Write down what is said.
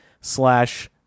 slash